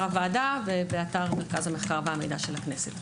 הוועדה ובאתר מרכז המחקר והמידע של הכנסת.